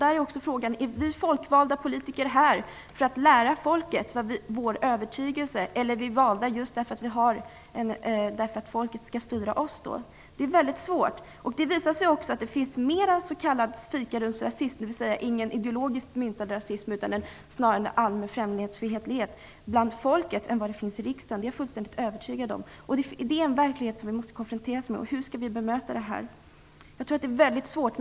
Är vi folkvalda politiker här för att lära folket vår övertygelse, eller är vi valda just för att folket skall styra oss? Detta är svårt. Det visar sig att det finns mera av s.k. fikarumsrasism, dvs. ingen ideologiskt myntad rasism utan snarare en allmän främlingsfientlighet, bland folket än vad det finns i riksdagen. Jag är fullständigt övertygad om det. Det är en verklighet som vi måste konfrontera. Hur skall vi bemöta den? Det är svårt att veta.